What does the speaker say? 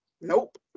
Nope